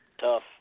tough